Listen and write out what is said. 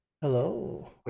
Hello